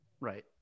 right